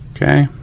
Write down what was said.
okay,